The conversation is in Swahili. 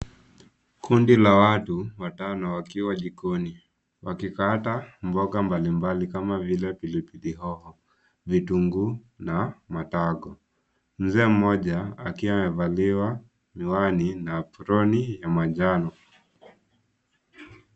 Kundi la watu watano wakiwa jikoni, wakikata mboga mbalimbali kama vile pilipili hoho, vitunguu, na matago. Mzee mmoja akiwa amevalia miwani na aproni ya manjano.